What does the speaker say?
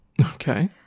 okay